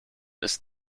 ist